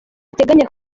ateganya